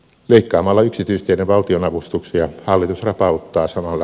leikkaamalla yksityisteiden valtionavustuksia hallitus rapauttaa samalla